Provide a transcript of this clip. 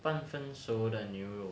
半分熟的牛肉